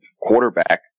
quarterback